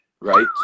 right